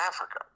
Africa